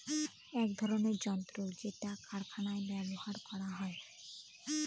এক ধরনের যন্ত্র যেটা কারখানায় ব্যবহার করা হয়